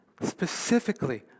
specifically